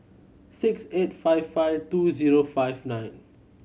six eight five five two zero five nine